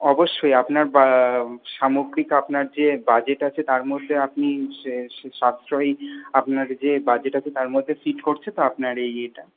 অবশ্যই আপনার সামগ্রিক আপনার যে বাজেট আছে তার মধ্যে আপনি সাশ্রয়ী আপনার যে বাজেট আছে তার মধ্যে ফিট করছে তো আপনার এই এটা